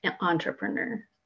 entrepreneur